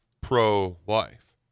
pro-life